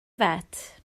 yfed